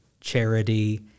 charity